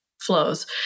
flows